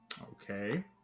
Okay